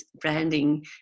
branding